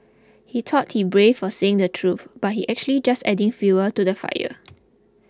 he thought he's brave for saying the truth but he's actually just adding fuel to the fire